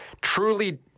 truly